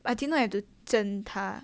but I didn't know you've to 蒸它